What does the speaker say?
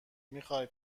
میخای